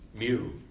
Mu